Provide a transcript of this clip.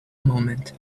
moment